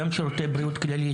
גם שירותי בריאות כללית,